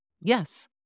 Yes